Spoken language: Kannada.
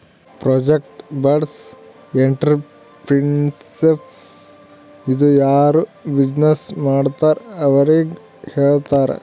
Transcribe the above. ಪ್ರೊಜೆಕ್ಟ್ ಬೇಸ್ಡ್ ಎಂಟ್ರರ್ಪ್ರಿನರ್ಶಿಪ್ ಇದು ಯಾರು ಬಿಜಿನೆಸ್ ಮಾಡ್ತಾರ್ ಅವ್ರಿಗ ಹೇಳ್ತಾರ್